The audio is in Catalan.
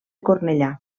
cornellà